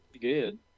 good